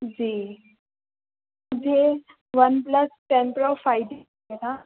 جی جی OnePlus ten Pro five G لینا تھا